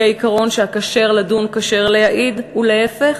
העיקרון ש"הכשר לדון כשר להעיד" ולהפך.